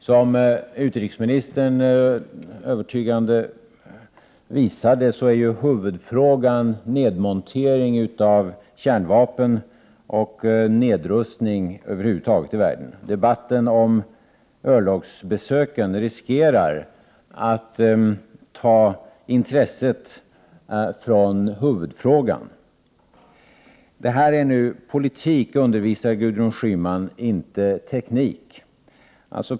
Som utrikesministern så övertygande har visat är huvudfrågan nedmontering av kärnvapen och nedrustning över huvud taget i världen. Debatten om örlogsbesöken riskerar att dra intresset från huvudfrågan. Det här är politik, undervisar Gudrun Schyman, inte teknik.